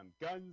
guns